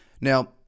Now